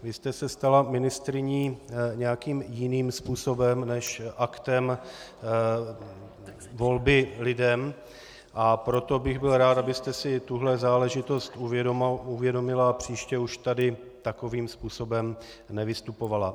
Vy jste se stala ministryní nějakým jiným způsobem než aktem volby lidem, a proto bych byl rád, abyste si tuhle záležitost uvědomila a příště už tady takovým způsobem nevystupovala.